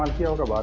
um kill her.